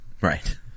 Right